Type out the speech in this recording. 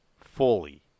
Fully